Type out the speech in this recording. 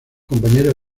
compañero